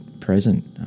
present